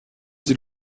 die